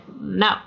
No